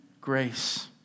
grace